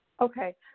Okay